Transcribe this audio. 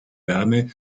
wärme